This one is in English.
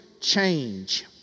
Change